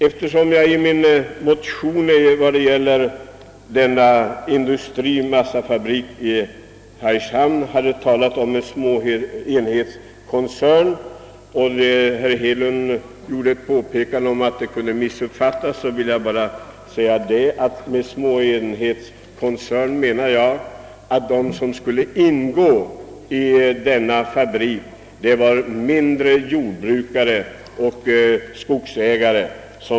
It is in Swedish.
Eftersom jag i min interpellation vad gäller nämnda massafabrik i Hargshamn hade talat om en småenhetskoncern, vilket herr Hedlund påpekat kunde missuppfattas, vill jag här bara säga att jag avsåg att i en sådan koncern skulle ingå mindre jordbrukare och skogsägare.